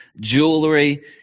jewelry